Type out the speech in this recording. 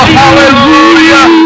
hallelujah